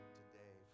today